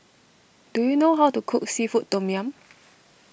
do you know how to cook Seafood Tom Yum